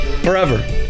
forever